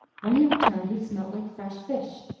when he returned he snielt like fresh fish.